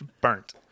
Burnt